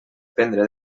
prendre